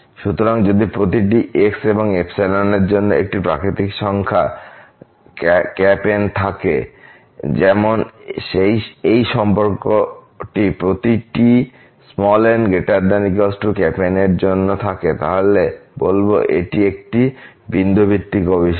সুতরাং যদি প্রতিটি x এবং এর জন্য একটি প্রাকৃতিক সংখ্যা N থাকে যেমন এই সম্পর্কটি প্রতিটি n≥N এর জন্য থাকে তাহলে বলব এটি একটি বিন্দুভিত্তিক অভিসার